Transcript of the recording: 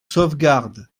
sauvegarde